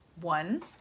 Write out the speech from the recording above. One